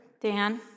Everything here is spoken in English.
Dan